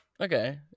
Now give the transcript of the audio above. Okay